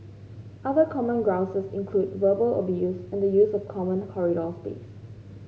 other common grouses include verbal abuse and the use of common corridor space